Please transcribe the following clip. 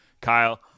Kyle